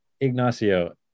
Ignacio